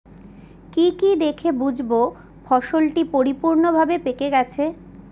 কি কি দেখে বুঝব ফসলটি পরিপূর্ণভাবে পেকে গেছে?